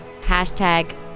Hashtag